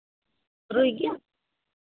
ᱨᱩᱭ ᱜᱮᱭᱟᱢ